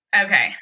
Okay